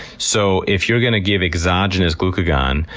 so if you're going to give exogenous glucagon,